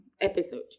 episode